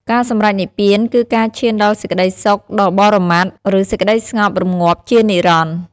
ការសម្រេចនិព្វាន គឺការឈានដល់សេចក្តីសុខដ៏បរមត្ថ ឬសេចក្តីស្ងប់រម្ងាប់ជានិរន្តរ៍។